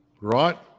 Right